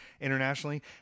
internationally